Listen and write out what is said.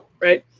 right?